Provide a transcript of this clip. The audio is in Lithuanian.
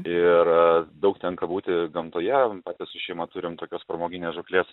ir daug tenka būti gamtoje taip pat su šeima turim tokios pramoginės žūklės